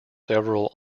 several